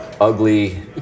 ugly